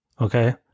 Okay